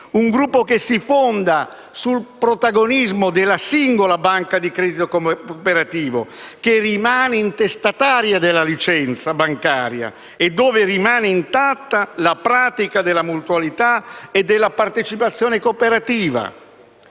un gruppo che si fonda sul protagonismo della singola banca di credito cooperativo, che rimane intestataria della licenza bancaria e dove rimane intatta la pratica della mutualità e della partecipazione cooperativa.